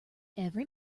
every